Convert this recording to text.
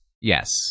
Yes